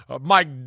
Mike